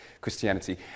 Christianity